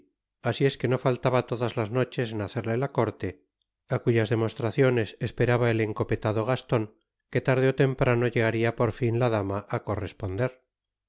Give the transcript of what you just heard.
así es que no faltaba todas las noches en hacerle la corte á cuyas demostraciones esperaba el encopetado gascon que tarde ó temprano llegaría por fin la dama á corresponder